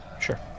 Sure